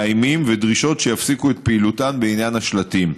מאיימים ודרישות שיפסיקו את פעילותן בעניין השלטים.